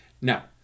Now